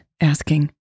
asking